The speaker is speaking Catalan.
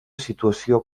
situació